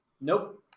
Nope